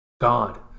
God